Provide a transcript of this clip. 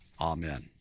amen